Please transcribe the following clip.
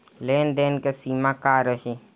लेन देन के सिमा का रही?